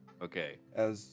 Okay